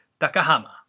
takahama